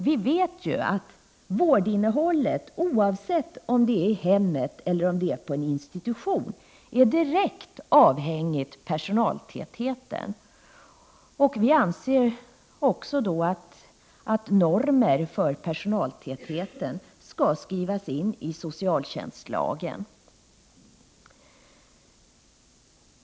Vi vet att vårdinnehållet, oavsett om vården sker i hemmet eller på institution, är direkt avhängigt av personaltätheten. Vi anser också att normer för personaltätheten skall skrivas in i socialtjänstlagen.